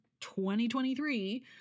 2023